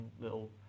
little